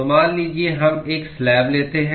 तो मान लीजिए हम एक स्लैब लेते हैं